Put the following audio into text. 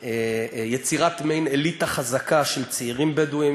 ליצירת מעין אליטה חזקה של צעירים בדואים,